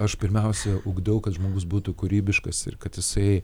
aš pirmiausia ugdau kad žmogus būtų kūrybiškas ir kad jisai